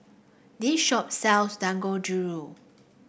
this shop sells Dangojiru